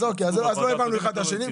אז אוקי, אז לא הבנתי אותך.